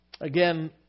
Again